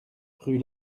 rue